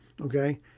okay